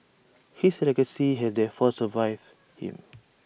his legacy has therefore survived him